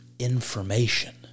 information